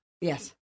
Yes